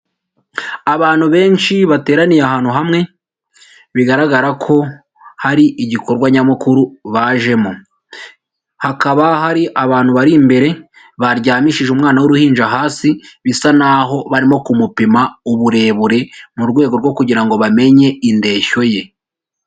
Abantu benshi bateraniye ahantu hamwe, bigaragara ko hari igikorwa nyamukuru bajemo, hakaba hari abantu bari imbere baryamishije umwana w'uruhinja hasi, bisa naho barimo kumupima uburebure mu rwego rwo kugira ngo bamenye indeshyo ye.